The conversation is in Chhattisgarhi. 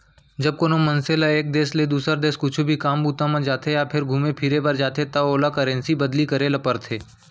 जब कोनो मनसे ल एक देस ले दुसर देस कुछु भी काम बूता म जाथे या फेर घुमे फिरे बर जाथे त ओला करेंसी बदली करे ल परथे